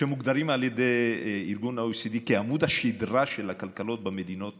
שמוגדרים על ידי ארגון ה-OECD כעמוד השדרה של הכלכלות במדינות